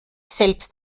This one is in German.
selbst